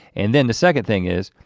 and then the second thing is,